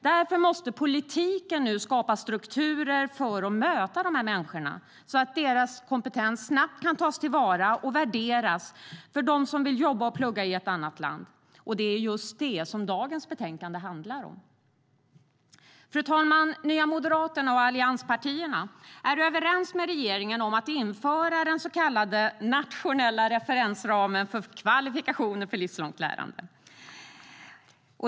Därför måste politiken nu skapa strukturer för att möta dessa människor, så att kompetensen snabbt kan tas till vara och värderas för dem som vill jobba och plugga i ett annat land. Och det är just det som dagens betänkande handlar om. Fru talman! Nya moderaterna och de andra allianspartierna är överens med regeringen om att införa den så kallade nationella referensramen för kvalifikationer för livslångt lärande.